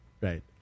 right